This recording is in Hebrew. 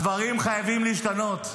הדברים חייבים להשתנות.